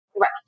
Right